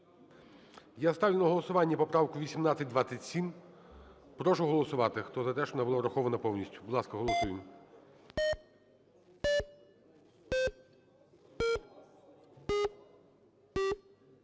Я ставлю на голосування поправку 1827. Прошу голосувати, хто за те, щоби вона була врахована повністю. Будь ласка, голосуємо.